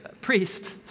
priest